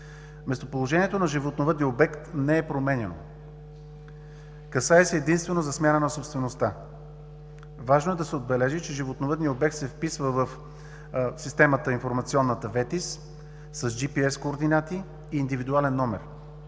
Местоположението на животновъдния обект не е променяно. Касае се единствено за смяна на собствеността. Важно е да се отбележи, че животновъдният обект се вписва в информационната системата „ВетИС“ с GPS координати и индивидуален номер.